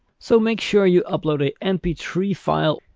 so make sure you upload a m p three file.